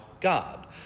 God